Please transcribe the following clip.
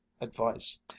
advice